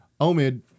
Omid